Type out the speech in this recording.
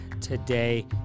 today